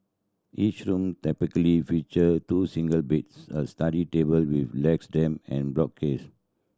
each room typically feature two single beds a study table with damp and bookcase